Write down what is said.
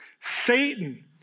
Satan